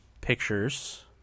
pictures